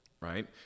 right